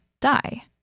die